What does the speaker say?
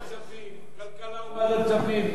אדוני השר, או ועדת הכלכלה או ועדת הכספים.